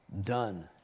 done